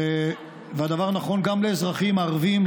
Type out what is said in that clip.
והדבר נכון גם לאזרחים ערבים,